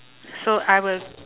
so I will